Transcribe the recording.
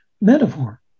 metaphor